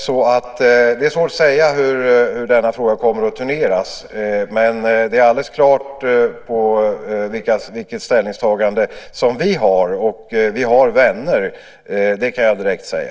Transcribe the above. Det är alltså svårt att säga hur denna fråga kommer att turneras, men det är alldeles klart vilket ställningstagande som vi har, och vi har vänner, det kan jag direkt säga.